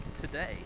today